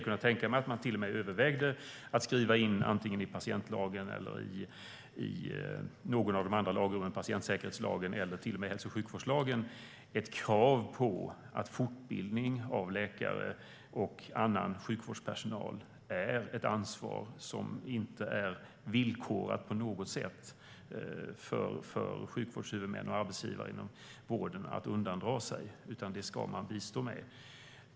Man kan i och för sig överväga att skriva in ett krav i patientlagen, patientsäkerhetslagen eller till och med hälso och sjukvårdslagen så att fortbildning av läkare och annan sjukvårdspersonal blir ett ansvar som sjukvårdshuvudmän och arbetsgivare inom vården inte på några villkor får undandra sig utan måste bistå med.